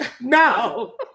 No